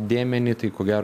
dėmenį tai ko gero